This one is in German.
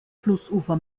flussufer